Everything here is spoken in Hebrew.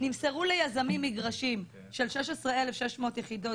נמסרו ליזמים מגרשים של 16,600 יחידות